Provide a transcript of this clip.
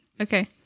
Okay